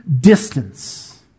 distance